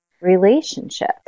relationship